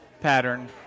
pattern